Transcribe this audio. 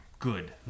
good